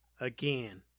again